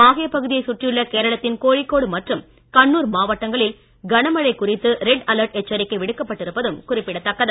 மாஹே பகுதியைச் சுற்றியுள்ள கேரளத்தின் கோழிக்கோடு மற்றும் கண்ணூர் மாவட்டங்களில் கனமழை குறித்து ரெட் அலர்ட் எச்சரிக்கை விடுக்கப்பட்டு இருப்பதும் குறிப்பிடத்தக்கது